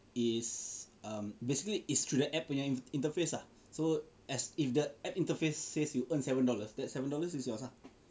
is um basically is through the app punya interface ah so as if the app interface says you earn seven dollars that seven dollars is yours lah